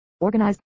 organized